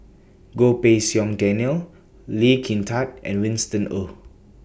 Goh Pei Siong Daniel Lee Kin Tat and Winston Oh